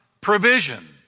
provision